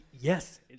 Yes